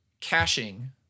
caching